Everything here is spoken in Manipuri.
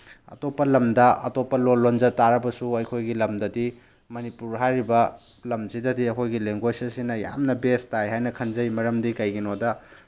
ꯑꯇꯣꯞꯄ ꯂꯝꯗ ꯑꯇꯣꯞꯄ ꯂꯣꯜ ꯂꯣꯟꯖꯕ ꯇꯥꯔꯕꯁꯨ ꯑꯩꯈꯣꯏꯒꯤ ꯂꯝꯗꯗꯤ ꯃꯅꯤꯄꯨꯔ ꯍꯥꯏꯔꯤꯕ ꯂꯝꯁꯤꯗꯗꯤ ꯑꯩꯈꯣꯏꯒꯤ ꯂꯦꯡꯒ꯭ꯋꯦꯁ ꯑꯁꯤꯅ ꯌꯥꯝꯅ ꯕꯦꯁ ꯇꯥꯏ ꯍꯥꯏꯅ ꯈꯟꯖꯩ ꯃꯔꯝꯗꯤ ꯀꯩꯒꯤꯅꯣꯗ